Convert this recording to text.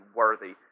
worthy